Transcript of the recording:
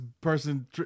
person